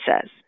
says